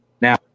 now